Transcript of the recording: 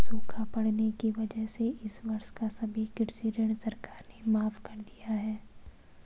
सूखा पड़ने की वजह से इस वर्ष का सभी कृषि ऋण सरकार ने माफ़ कर दिया है